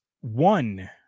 one